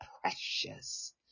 precious